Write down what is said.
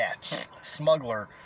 smuggler